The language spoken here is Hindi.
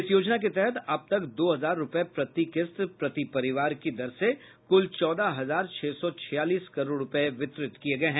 इस योजना के तहत अब तक दो हजार रूपये प्रति किस्त प्रति परिवार की दर से कुल चौदह हजार छह सौ छियालिस करोड़ रूपये वितरित किए गए हैं